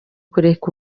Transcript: kureka